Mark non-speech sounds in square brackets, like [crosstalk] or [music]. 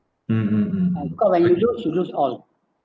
[noise] because when you lose you lose all